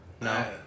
No